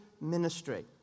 ministry